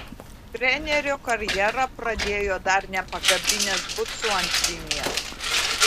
trenerio karjerą pradėjo dar nepakabinęs bucų ant vinies